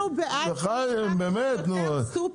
אנחנו בעד שיהיו יותר סופרים בפריפריה.